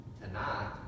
Tonight